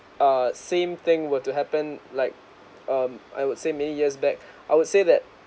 err same thing were to happen like um I would say many years back I would say that